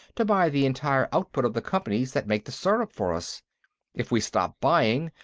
to buy the entire output of the companies that make the syrup for us if we stop buying,